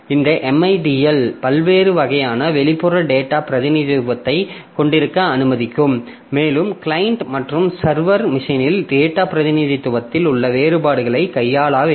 இந்த MIDL பல்வேறு வகையான வெளிப்புற டேட்டா பிரதிநிதித்துவத்தைக் கொண்டிருக்க அனுமதிக்கும் மேலும் கிளையன்ட் மற்றும் சர்வர் மெஷினில் டேட்டா பிரதிநிதித்துவத்தில் உள்ள வேறுபாடுகளைக் கையாள வேண்டும்